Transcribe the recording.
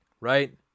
Right